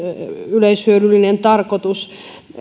yleishyödyllinen tarkoitus